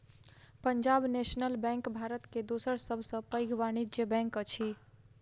Punjab national bank Bharat के दोसर सब सॅ पैघ वाणिज्य बैंक अछि